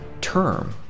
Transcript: term